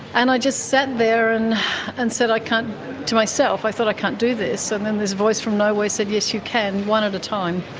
and i just sat there and and said i can't' to myself i thought, i can't do this. and then this voice from nowhere said, yes, you can. one at a time.